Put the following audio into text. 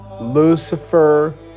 Lucifer